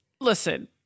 listen